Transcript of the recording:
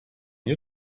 you